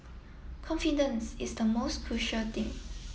confidence is the most crucial thing